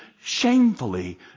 shamefully